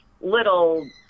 little